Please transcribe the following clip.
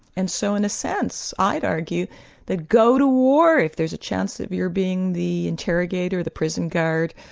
and so in a sense, i've argued that go to war if there's a chance that you're being the interrogator, the prison guard,